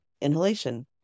inhalation